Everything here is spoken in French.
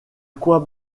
quoi